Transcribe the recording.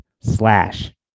slash